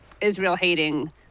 Israel-hating